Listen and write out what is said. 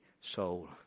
soul